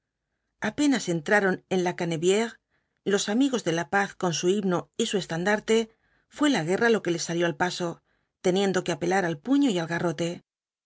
apenas entraron en la canntbicre los amigos de la paz con su himno y su estandarte fué la guerra lo que les salió al paso teniendo que apelar al puño y